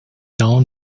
down